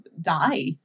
die